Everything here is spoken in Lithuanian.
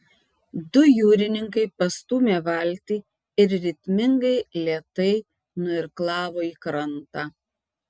du jūrininkai pastūmė valtį ir ritmingai lėtai nuirklavo į krantą